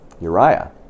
Uriah